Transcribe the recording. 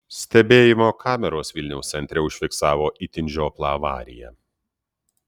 stebėjimo kameros vilniaus centre užfiksavo itin žioplą avariją